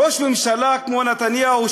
ראש ממשלה כמו נתניהו,